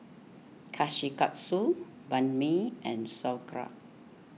Kushikatsu Banh Mi and Sauerkraut